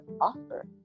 offer